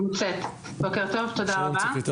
נמצאת, תודה.